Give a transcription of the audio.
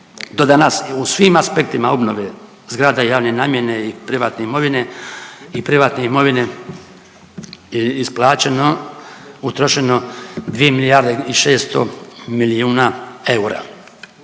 u svim aspektima obnove zgrada javne namjene i privatne imovine isplaćeno, utrošeno 2 milijarde i 600 milijuna eura.